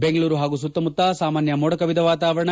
ಬೆಂಗಳೂರು ಹಾಗೂ ಸುತ್ತಮುತ್ತ ಸಾಮಾನ್ಯ ಮೋಡ ಕವಿದ ವಾತಾವರಣ